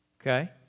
Okay